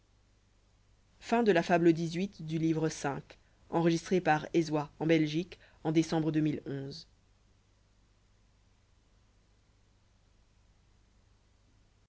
fables me proposa de